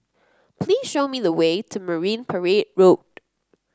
please show me the way to Marine Parade Road